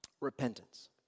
repentance